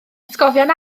atgofion